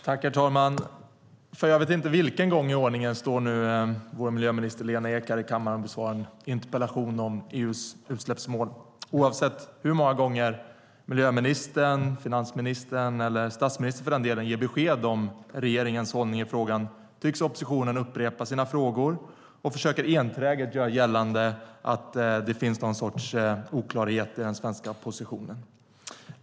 Herr talman! För jag vet inte vilken gång i ordningen står nu vår miljöminister Lena Ek här i kammaren och besvarar en interpellation om EU:s utsläppsmål. Oavsett hur många gånger miljöministern, finansministern eller för den delen statsministern ger besked om regeringens hållning i frågan upprepar oppositionen sina frågor och försöker enträget göra gällande att det finns någon sorts oklarhet i den svenska positionen.